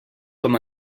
com